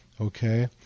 okay